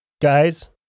Guys